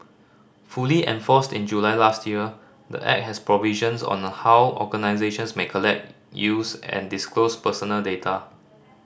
fully enforced in July last year the Act has provisions on how organisations may collect use and disclose personal data